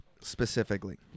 specifically